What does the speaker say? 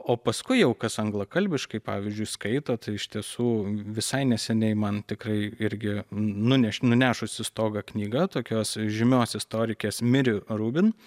o paskui jau kas anglakalbiškai pavyzdžiui skaito tai iš tiesų visai neseniai man tikrai irgi nuneš nunešusi stogą knyga tokios žymios istorikės miri rubin